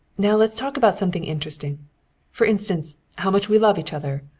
now let's talk about something interesting for instance, how much we love each other.